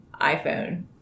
iPhone